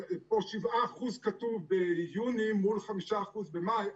היושב-ראש, פה כתוב 7% ביוני מול 5% במאי.